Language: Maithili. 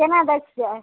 केना दय छियै